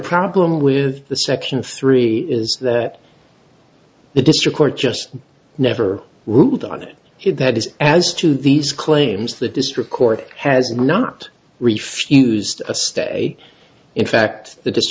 problem with the section three is that the district court just never ruled on it that is as to these claims the district court has not refused a stay in fact the di